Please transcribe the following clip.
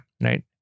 right